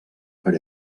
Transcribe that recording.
per